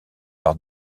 par